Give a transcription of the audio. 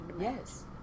Yes